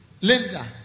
Linda